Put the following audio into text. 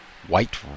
White